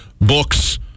books